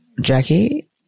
Jackie